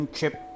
Chip